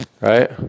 Right